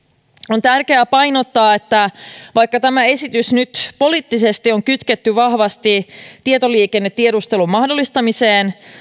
on tärkeää painottaa että vaikka tämä esitys nyt poliittisesti on kytketty vahvasti tietoliikennetiedustelun mahdollistamiseen